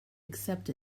accept